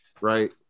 right